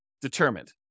determined